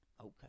Okay